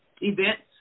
events